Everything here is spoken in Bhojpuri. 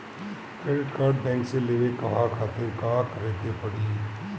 क्रेडिट कार्ड बैंक से लेवे कहवा खातिर का करे के पड़ी?